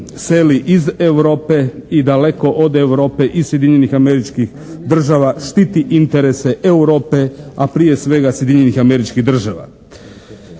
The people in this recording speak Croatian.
seli iz Europe i daleko od Europe i Sjedinjenih Američkih Država, štiti interese Europe, a prije svega Sjedinjenih Američkih Država.